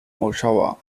oshawa